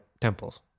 temples